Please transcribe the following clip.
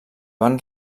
van